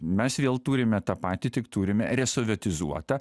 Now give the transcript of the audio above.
mes vėl turime tą patį tik turime resovietizuotą